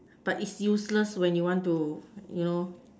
but its useless when you want to you know